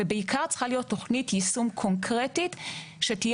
צריכה להיות תכנית יישום קונקרטית שתהיה